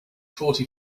forty